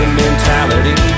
mentality